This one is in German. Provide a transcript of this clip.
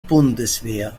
bundeswehr